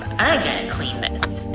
gotta clean this.